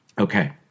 Okay